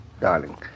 Darling